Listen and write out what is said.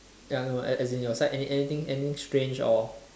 ya I know as in as in your side anything anything strange or